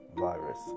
virus